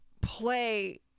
play